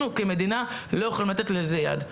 אנחנו, כמדינה, לא יכולים לתת לזה יד.